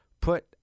put